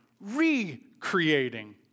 recreating